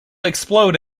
explode